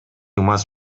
мас